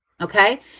Okay